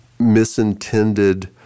misintended